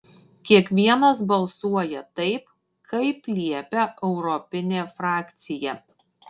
kiekvienas balsuoja taip kaip liepia europinė frakcija